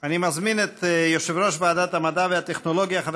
אני מזמין את יושב-ראש ועדת המדע והטכנולוגיה חבר